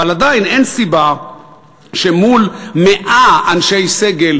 אבל עדיין אין סיבה שמול 100 אנשי סגל